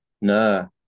No